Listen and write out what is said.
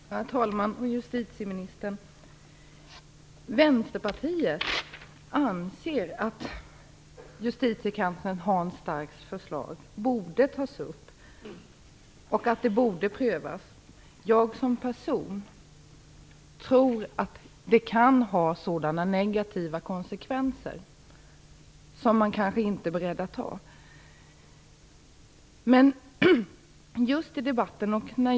Herr talman! Justitieministern! Vänsterpartiet anser att justitiekansler Hans Starks förslag borde tas upp och prövas. Jag som person tror att det kan ha sådana negativa konsekvenser som man kanske inte är beredd att ta.